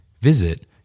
Visit